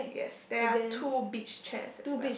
yes there are two beach chairs as well